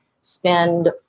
spend